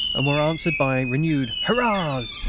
and were answered by renewed hurrahs!